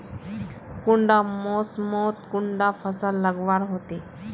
कुंडा मोसमोत कुंडा फसल लगवार होते?